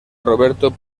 roberto